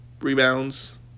rebounds